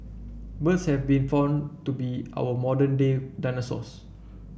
birds have been found to be our modern day dinosaurs